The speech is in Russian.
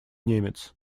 немец